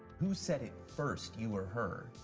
who said it first, you or her?